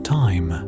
time